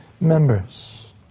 members